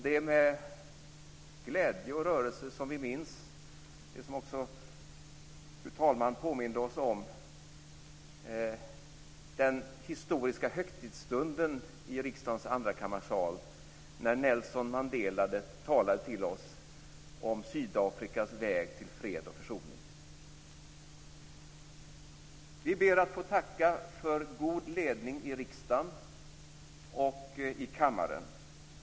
Det är med glädje och rörelse som vi minns, det som också fru talmannen påminde oss om, den historiska högtidsstunden i riksdagens andrakammarsal när Nelson Mandela talade till oss om Sydafrikas väg till fred och försoning. Vi ber att få tacka för god ledning i riksdagen och i kammaren.